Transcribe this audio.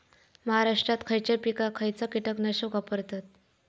महाराष्ट्रात खयच्या पिकाक खयचा कीटकनाशक वापरतत?